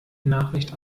nachricht